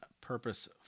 purpose